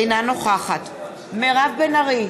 אינה נוכחת מירב בן ארי,